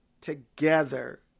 together